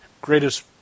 greatest